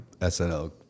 SNL